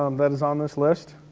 um that is on this list.